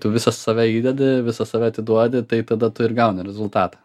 tu visą save įdedi visą save atiduodi tai tada tu ir gauni rezultatą